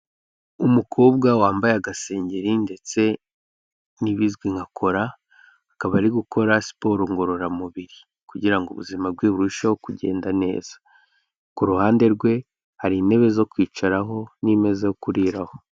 Umukobwa wambaye agasengeri ndetse n'ibizwi nka kora, akaba ari gukora siporo ngororamubiri kugira ngo ubuzima bwe burusheho kugenda neza, ku ruhande rwe hari intebe zo kwicaraho n'imeza yo kuriraho.